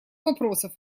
вопросов